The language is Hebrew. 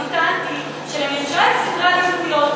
אני טענתי לממשלה יש סדרי עדיפויות.